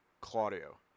Claudio